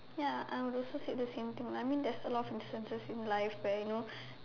ya I would also say the same thing I mean there's a lot of instances in life where you know